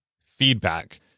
feedback